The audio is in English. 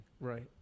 Right